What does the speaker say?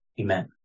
Amen